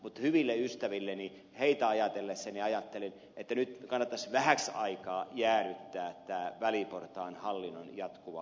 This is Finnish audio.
mutta hyviä ystäviäni ajatellessani ajattelen että nyt kannattaisi vähäksi aikaa jäädyttää tämä väliportaan hallinnon jatkuva uudistaminen